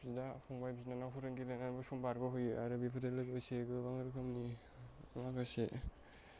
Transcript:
बिदा फंबाय बिनानावफोरजों गेलेनानैबो सम बारग' होयो आरो बेफोरजोंबो लोगोसे गोबां रोखोमनि माखासे